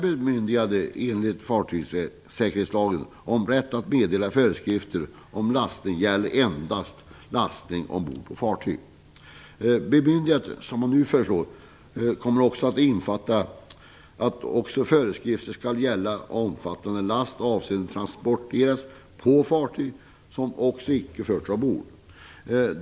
Bemyndigandet föreslås utvidgas, så att föreskrifterna också skall gälla last som avses transporteras på fartyg men som icke förts ombord.